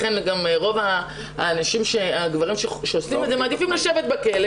לכן גם רוב הגברים שעושים את זה מעדיפים לשבת בכלא,